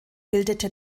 bildete